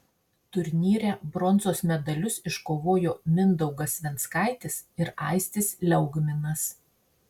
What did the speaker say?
turnyre bronzos medalius iškovojo mindaugas venckaitis ir aistis liaugminas